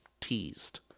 teased